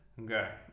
Okay